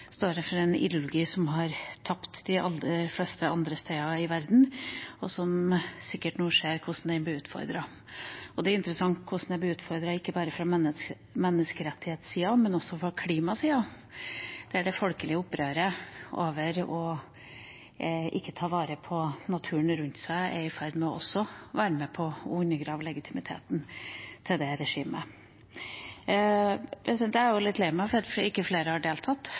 står for en ideologi som har tapt de fleste andre steder i verden, og som sikkert nå ser hvordan de blir utfordret. Det er interessant hvordan de blir utfordret ikke bare på menneskerettighetssida, men også på klimasida, der det folkelige opprøret over at en ikke tar vare på naturen rundt seg, er i ferd med også å være med på å undergrave legitimiteten til regimet. Jeg er også litt lei meg for at ikke flere har deltatt.